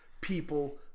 people